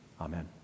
Amen